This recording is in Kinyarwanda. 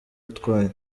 utwaye